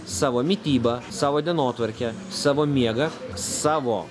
savo mitybą savo dienotvarkę savo miegą savo